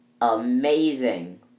amazing